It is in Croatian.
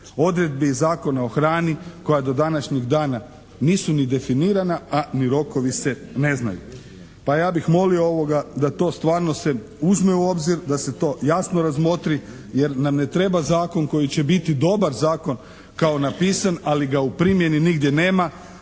odredbi iz Zakona o hrani koja do današnjeg dana nisu ni definirana, a ni rokovi se ne znaju. pa ja bih molio da to stvarno se uzme u obzir, da se to jasno razmotri jer nam ne treba zakon koji će biti dobar zakon kao napisan, ali ga u primjeni nigdje nema,